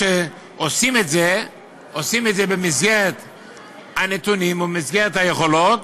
עושים את זה במסגרת הנתונים ובמסגרת היכולות,